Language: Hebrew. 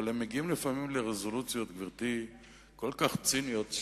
הן מגיעות לפעמים לרזולוציות כל כך ציניות.